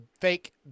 fake